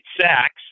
sacks